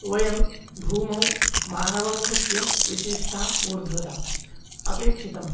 वयं भूमौ मानवमुखस्य विशिष्टा ऊर्ध्वता अपेक्षिता